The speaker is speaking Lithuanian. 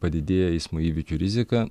padidėja eismo įvykių rizika